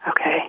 Okay